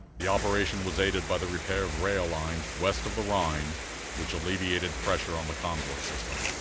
the operation was aided by the repair of rail lines west of the rhine which alleviated pressure on the convoy system.